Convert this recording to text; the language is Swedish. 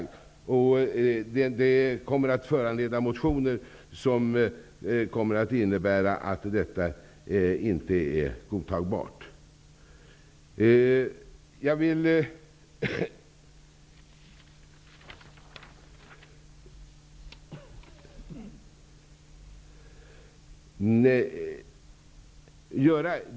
Det kommer att föranleda motioner med innebörden att detta inte är godtagbart.